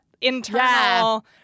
internal